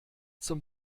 zum